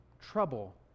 Trouble